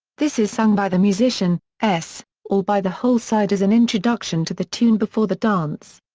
this is sung by the musician s or by the whole side as an introduction to the tune before the dance.